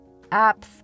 Apps